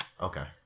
Okay